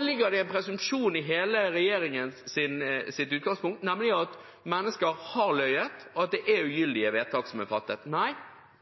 ligger det en presumpsjon i hele regjeringens utgangspunkt, nemlig at mennesker har løyet, og at det er ugyldige vedtak som er fattet. Nei,